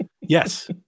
Yes